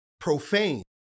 profane